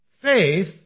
faith